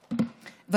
פינדרוס, בבקשה.